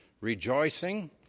rejoicing